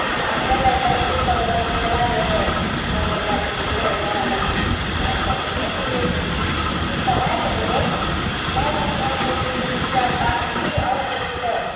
आ भेलै तनी धूप अगरबत्ती जलाय देलकै बस ओ घरमे घुसि रहय लगलै उएह सभके क्षति होइ छै तऽ ई समयके लोक नहि बूझै छै कि जे पूजा पाठ की अङ्क छिकै